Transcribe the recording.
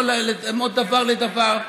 הוא יכול לדמות דבר לדבר.